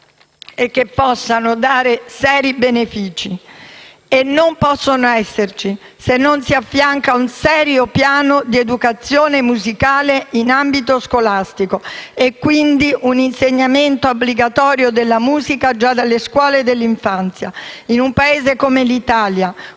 che possano produrre seri benefici e non possono esserci se non si affianca un serio piano di educazione musicale in ambito scolastico e quindi l'insegnamento obbligatorio della musica già dalle scuole dell'infanzia. In un Paese come l'Italia,